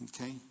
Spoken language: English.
Okay